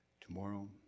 tomorrow